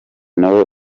nawe